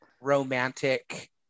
romantic